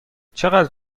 چقدر